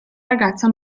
ragazza